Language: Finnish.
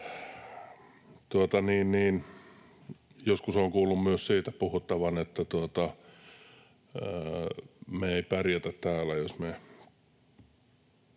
Joskus olen kuullut myös siitä puhuttavan, että me ei pärjätä täällä,